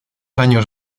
años